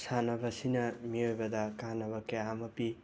ꯁꯥꯥꯟꯅꯕꯁꯤꯅ ꯃꯤꯑꯣꯏꯕꯗ ꯀꯥꯟꯅꯕ ꯀꯌꯥ ꯑꯃ ꯄꯤ